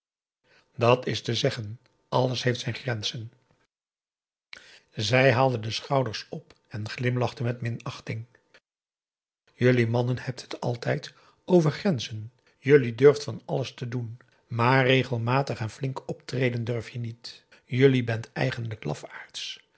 dat is te zeggen alles heeft zijn grenzen zij haalde de schouders op en glimlachte met minachting jullie mannen hebt het altijd over grenzen jullie durft van alles te doen maar regelmatig en flink optreden durf je niet jullie bent eigenlijk lafaards